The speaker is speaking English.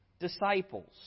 Disciples